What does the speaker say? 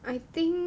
I think